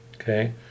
Okay